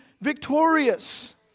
victorious